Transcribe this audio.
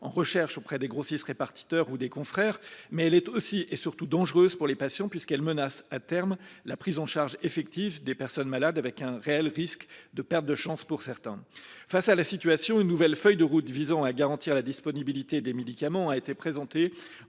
en recherches auprès des grossistes répartiteurs ou des confrères, mais elle est aussi, et surtout, dangereuse pour les patients, puisqu’elle menace à terme la prise en charge effective des personnes malades, avec un réel risque de perte de chances pour certains. Face à cette situation, une nouvelle feuille de route visant à garantir la disponibilité des médicaments a été présentée